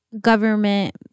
government